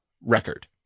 record